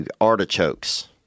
artichokes